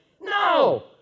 No